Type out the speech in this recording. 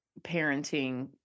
parenting